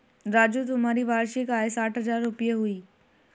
राजू तुम्हारी वार्षिक आय साठ हज़ार रूपय हुई